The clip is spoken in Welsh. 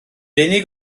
unig